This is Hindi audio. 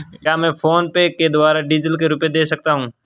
क्या मैं फोनपे के द्वारा डीज़ल के रुपए दे सकता हूं?